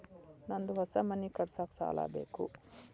ನಂದು ಹೊಸ ಮನಿ ಕಟ್ಸಾಕ್ ಸಾಲ ಬೇಕು